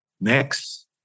Next